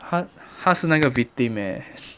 她她是那个 victim eh